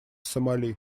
сомали